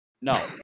no